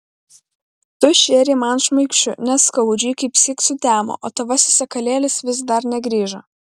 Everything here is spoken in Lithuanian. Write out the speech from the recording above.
tu šėrei man šmaikščiu neskaudžiai kaipsyk sutemo o tavasis sakalėlis vis dar negrįžo